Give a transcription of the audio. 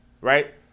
right